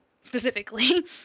specifically